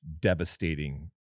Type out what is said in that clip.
devastating